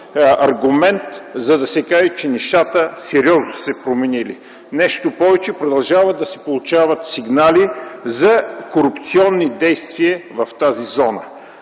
аргумент, за да се каже, че нещата сериозно са се променили. Нещо повече, продължават да се получават сигнали за корупционни действия в тази зона.